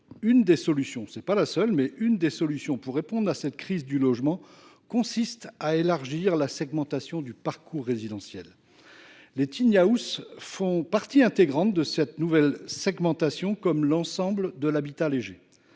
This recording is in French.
L’une des solutions pour répondre à cette crise du logement consiste à élargir la segmentation du parcours résidentiel. Les font partie intégrante de cette nouvelle segmentation, comme l’ensemble des habitats légers.